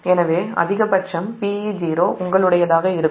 எனவே அதிகபட்சம் Peo உங்களுடையதாக இருக்கும்